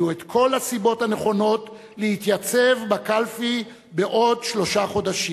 יהיו כל הסיבות הנכונות להתייצב בקלפי בעוד שלושה חודשים.